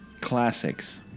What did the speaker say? classics